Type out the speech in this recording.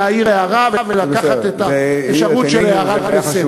להעיר הערה ולקחת את האפשרות של הערה לסדר.